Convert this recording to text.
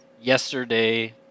yesterday